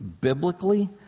Biblically